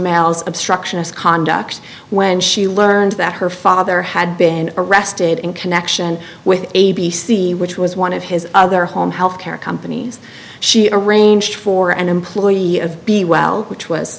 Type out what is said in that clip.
mails obstructionist conduct when she learned that her father had been arrested in connection with a b c which was one of his other home health care companies she arranged for an employee of b well which was